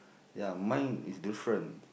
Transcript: ya mine is different